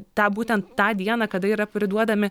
tą būtent tą dieną kada yra priduodami